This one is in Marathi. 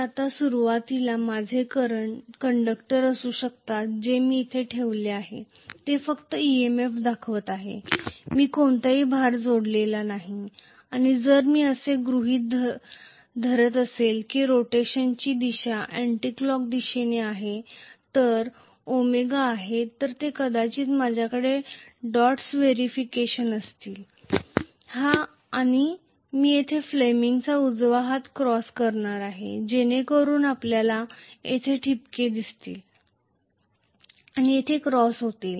आता सुरुवातीला माझे कंडक्टर असू शकतात जे मी येथे ठेवले आहेत ते फक्त EMF दाखवत आहेत मी कोणतेही भार जोडलेले नाही आणि जर मी असे गृहीत धरत असेल की रोटेशनची दिशा अँटीक्लॉक दिशेने आहे तर हे ओमेगा आहे तर कदाचित माझ्याकडे डॉट्स व्हेरिफिकेशन असतील हा आणि मी येथे फ्लेमिंगचा Fleming's उजवा हात क्रॉस करणार आहे जेणेकरून आपल्यास येथे ठिपके असतील आणि येथे क्रॉस होतील